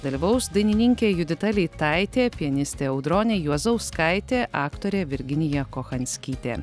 dalyvaus dainininkė judita leitaitė pianistė audronė juozauskaitė aktorė virginija kochanskytė